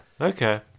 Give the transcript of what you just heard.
Okay